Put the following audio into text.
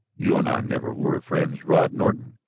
you and i never were friends, rod norton,